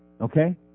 Okay